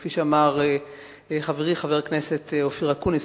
כפי שאמר חברי חבר הכנסת אופיר אקוניס,